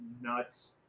nuts